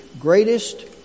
greatest